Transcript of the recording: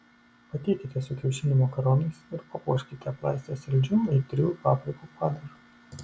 patiekite su kiaušinių makaronais ir papuoškite aplaistę saldžiu aitriųjų paprikų padažu